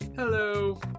Hello